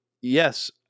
yes